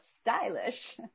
stylish